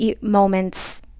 moments